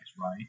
right